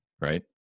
right